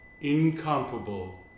Incomparable